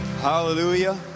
hallelujah